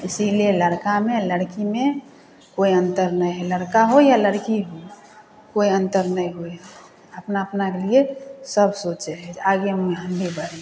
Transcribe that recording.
इसीलिए लड़कामे लड़कीमे कोइ अन्तर नहि हइ लड़का हो या लड़की हो कोइ अन्तर नहि होइ हइ अपना अपनाके लिए सब सोचै हइ आगे मुँहे हम भी बढ़ी